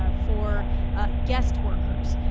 ah for ah guest workers,